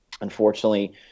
unfortunately